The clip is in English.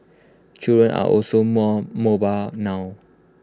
children are also more mobile now